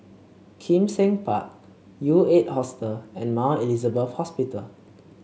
Kim Seng Park U Eight Hostel and Mount Elizabeth Hospital